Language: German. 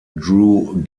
drew